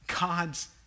God's